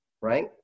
right